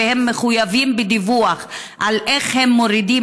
שהם מחויבים בדיווח על איך הם מורידים